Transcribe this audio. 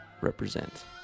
represent